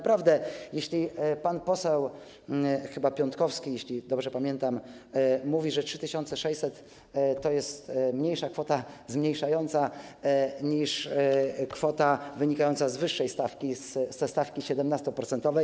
Pan poseł chyba Piątkowski, jeśli dobrze pamiętam, mówił, że 3600 zł to jest mniejsza kwota, zmniejszająca kwota, wynikająca z wyższej stawki, ze stawki 17%.